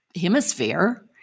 hemisphere